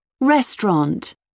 Restaurant